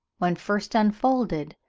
when first unfolded,